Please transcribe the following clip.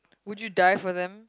would you die for them